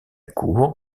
cour